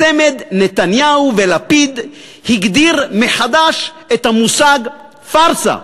הצמד נתניהו ולפיד הגדיר מחדש את המושג פארסה.